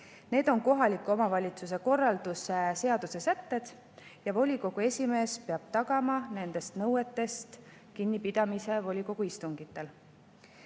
Need on kohaliku omavalitsuse korralduse seaduse sätted ja volikogu esimees peab tagama nendest nõuetest kinnipidamise volikogu istungitel.